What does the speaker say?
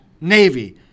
Navy